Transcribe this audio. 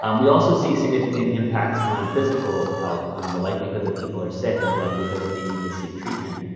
um we also see significant impacts on physical health on the likelihood that people are sick and the likelihood that they need to seek treatment.